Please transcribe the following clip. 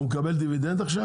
הוא מקבל דיבידנד עכשיו?